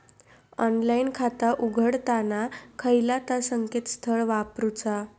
Online खाता उघडताना खयला ता संकेतस्थळ वापरूचा?